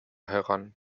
heran